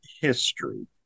history